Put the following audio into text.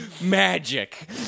Magic